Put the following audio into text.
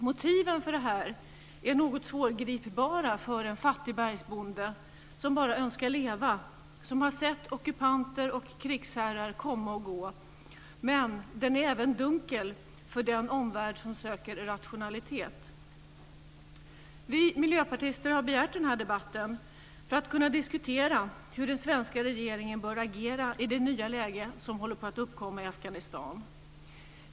Motiven för det här är något svårgripbara för en fattig bergsbonde som bara önskar leva, som har sett ockupanter och krigsherrar komma och gå, men de är även dunkla för den omvärld som söker rationalitet. Vi miljöpartister har begärt den här debatten för att kunna diskutera hur den svenska regeringen bör agera i det nya läge som håller på att uppkomma i Afghanistan.